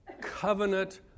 covenant